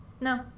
No